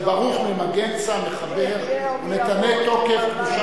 זה ברוך ממגנצא, מחבר "נתנה תוקף קדושת